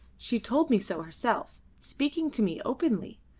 she told me so herself, speaking to me openly,